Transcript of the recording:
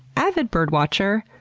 avid birdwatcher,